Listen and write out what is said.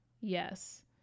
yes